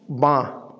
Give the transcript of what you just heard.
বাঁ